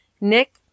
Nick